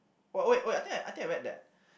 what wait wait I think I I think I read that